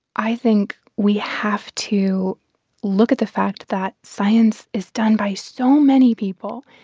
i think we have to look at the fact that science is done by so many people.